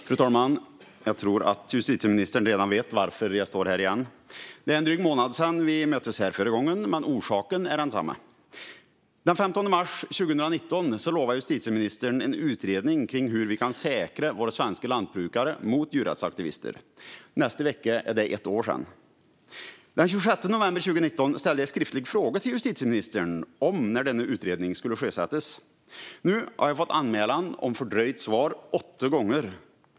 Fru talman! Jag tror att justitieministern redan vet varför jag står här igen. Det var en dryg månad sedan vi möttes här förra gången, men orsaken är densamma. Den 15 mars 2019 lovade justitieministern en utredning om hur vi kan säkra våra svenska lantbrukare mot djurrättsaktivister. Nästa vecka är det ett år sedan. Den 26 november 2019 ställde jag en skriftlig fråga till justitieministern om när denna utredning skulle sjösättas. Nu har jag fått anmälan om fördröjt svar åtta gånger.